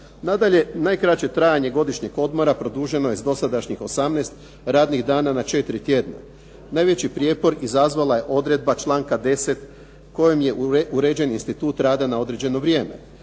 Nadalje, najkraće trajanje godišnjeg odmora produženo je s dosadašnjih 18 radnih dana na 4 tjedna. Najveći prijepor izazvala je odredba članka 10. kojem je uređen institut rada na određeno vrijeme.